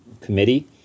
committee